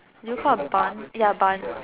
do you call a bun ya bun